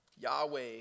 Yahweh